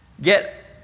get